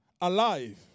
alive